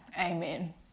amen